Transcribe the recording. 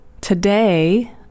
Today